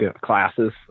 classes